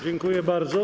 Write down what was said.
Dziękuję bardzo.